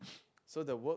so the work